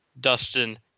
Dustin